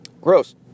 gross